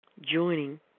joining